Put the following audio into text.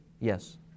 Yes